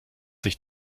sich